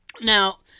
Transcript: Now